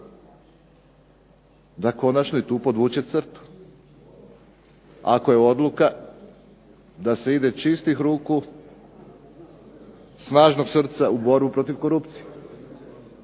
tu konačno podvuče crtu. Ako je odluka da se ide čistih ruku, snažnog srca u borbu protiv korupcije,